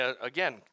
again